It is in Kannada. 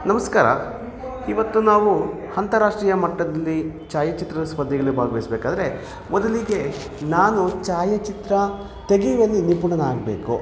ನಮಸ್ಕಾರ ಇವತ್ತು ನಾವು ಅಂತಾರಾಷ್ಟ್ರೀಯ ಮಟ್ಟದಲ್ಲಿ ಛಾಯಾಚಿತ್ರ ಸ್ಪರ್ಧೆಯಲ್ಲಿ ಭಾಗವಹಿಸ್ಬೇಕಾದ್ರೆ ಮೊದಲಿಗೆ ನಾನು ಛಾಯಾಚಿತ್ರ ತೆಗೆಯುವಲ್ಲಿ ನಿಪುಣನಾಗಬೇಕು